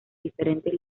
diferentes